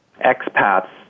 expats